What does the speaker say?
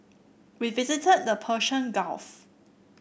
we visited the Persian Gulf